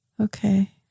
Okay